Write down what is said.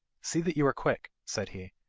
see that you are quick said he,